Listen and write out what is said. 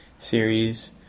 Series